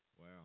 wow